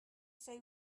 say